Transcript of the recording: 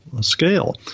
scale